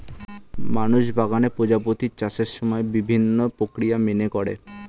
মানুষ বাগানে প্রজাপতির চাষের সময় বিভিন্ন প্রক্রিয়া মেনে করে